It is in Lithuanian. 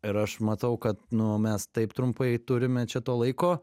ir aš matau kad nu mes taip trumpai turime čia to laiko